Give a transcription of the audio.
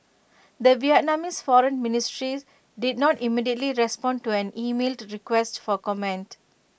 the Vietnamese foreign ministry did not immediately respond to an emailed request for comment